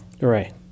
Right